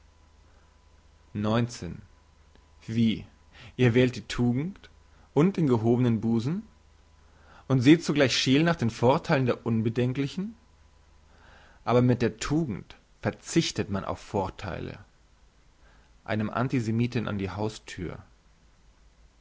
wie ihr wähltet die tugend und den gehobenen busen und seht zugleich scheel nach den vortheilen der unbedenklichen aber mit der tugend verzichtet man auf vortheile einem antisemiten an die